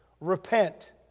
Repent